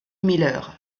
miller